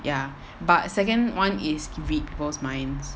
ya but a second one is read people's minds